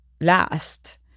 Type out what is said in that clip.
last